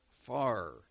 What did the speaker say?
far